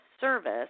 service